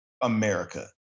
America